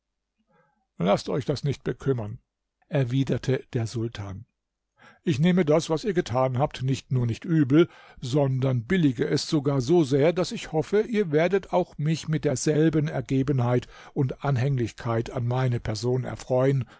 laßt euch das nicht bekümmern erwiderte der sultan ich nehme das was ihr getan habt nicht nur nicht übel sondern billige es sogar so sehr daß ich hoffe ihr werdet auch mich mit derselben ergebenheit und anhänglichkeit an meine person erfreuen